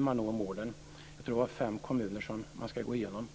man når målen. Jag tror att det är fem kommuner som man skall gå igenom.